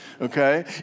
okay